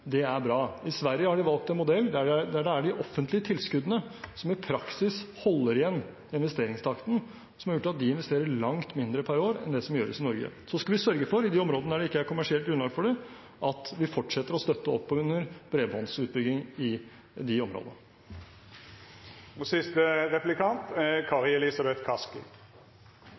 Det er bra. I Sverige har de valgt en modell der det er de offentlige tilskuddene som i praksis holder igjen investeringstakten, som har gjort at de investerer langt mindre per år enn det som gjøres i Norge. Så skal vi sørge for, i de områdene der det ikke er kommersielt grunnlag for det, at vi fortsetter å støtte opp under bredbåndsutbygging der. Noe av det vakreste ved det norske samfunnet er de små forskjellene og